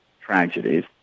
tragedies